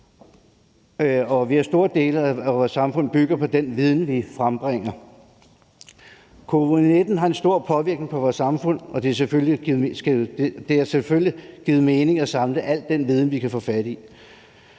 og store dele af vores samfund bygger på den viden, vi frembringer. Covid-19 havde en stor påvirkning på vores samfund, og det havde selvfølgelig givet mening at samle al den viden, vi kan få fat i.